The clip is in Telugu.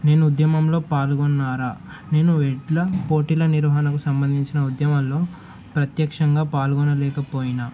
మీరు ఉద్యమంలో పాల్గొన్నారా నేను ఎడ్ల పోటీల నిర్వహణకు సంబంధించిన ఉద్యమంలో ప్రత్యక్షంగా పాల్గొనలేకపోయినా